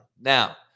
now